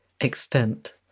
extent